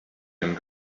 and